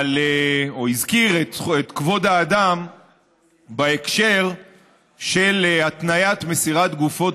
או הזכיר את כבוד האדם בהקשר של התניית מסירת גופות